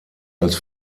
als